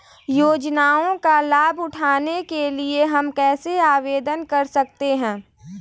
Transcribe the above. योजनाओं का लाभ उठाने के लिए हम कैसे आवेदन कर सकते हैं?